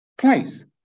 place